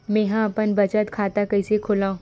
मेंहा अपन बचत खाता कइसे खोलव?